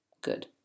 Good